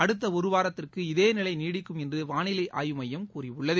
அடுத்த ஒரு வாரத்திற்கு இதே நிலை நீடிக்கும் என்று வாளிலை ஆய்வு மையம் கூறியுள்ளது